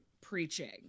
preaching